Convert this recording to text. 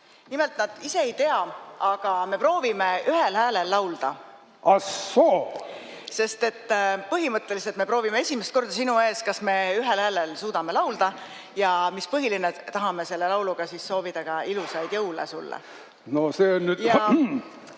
Nimelt, nad ise ei tea, aga me proovime ühel häälel laulda. Põhimõtteliselt me proovime esimest korda sinu ees, kas me ühel häälel suudame laulda, ja mis põhiline, me tahame selle lauluga soovida sulle ilusaid jõule. Ja siin ta